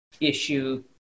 issue